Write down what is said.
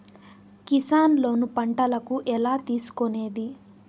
Kisan loan పంటలకు ఎలా తీసుకొనేది?